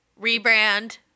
Rebrand